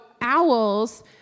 owls